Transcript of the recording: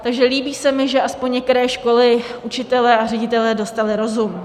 Takže líbí se mi, že aspoň některé školy, učitelé a ředitelé dostali rozum.